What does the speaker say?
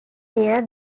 year